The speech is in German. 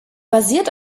basiert